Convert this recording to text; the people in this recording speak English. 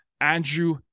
Andrew